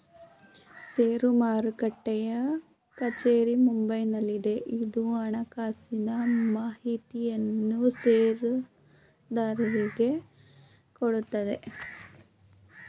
ಷೇರು ಮಾರುಟ್ಟೆಯ ಕಚೇರಿ ಮುಂಬೈನಲ್ಲಿದೆ, ಇದು ಹಣಕಾಸಿನ ಮಾಹಿತಿಯನ್ನು ಷೇರುದಾರರಿಗೆ ಕೊಡುತ್ತದೆ